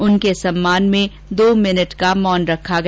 उनके सम्मान में दो मिनट का मौन रखा गया